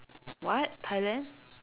what Thailand